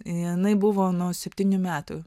jinai buvo nuo septynių metų